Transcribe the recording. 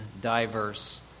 diverse